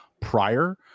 prior